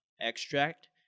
extract